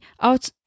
out